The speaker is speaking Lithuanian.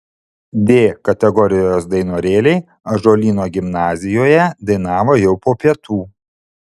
d kategorijos dainorėliai ąžuolyno gimnazijoje dainavo jau po pietų